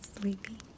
sleepy